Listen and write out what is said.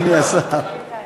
אדוני השר.